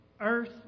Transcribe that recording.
earth